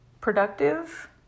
productive